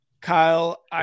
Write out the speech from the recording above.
Kyle